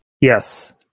Yes